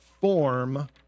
form